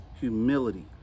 humility